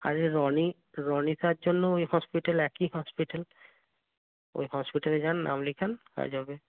আরে রনি রনিতার জন্য ওই হসপিটাল একই হসপিটাল ওই হসপিটালে যান নাম লেখান কাজ হবে